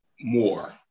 more